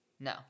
No